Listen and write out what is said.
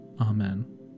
Amen